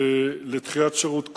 לדחיית שירות כוללת,